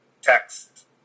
text